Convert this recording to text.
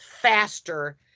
faster